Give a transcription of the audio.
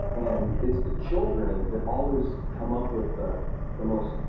and it's the children that always come up with the the most